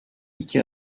iki